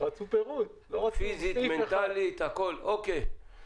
נעברה עבירה לפי סעיף 50 בידי החברה או בידי עובד מעובדיה,